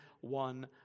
one